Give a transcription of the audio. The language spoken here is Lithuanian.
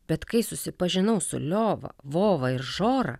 bet kai susipažinau su liova vova ir žora